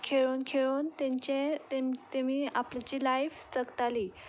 खेळून खेळून तांचे तेमी आपल्याची लायफ जगताली